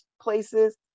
places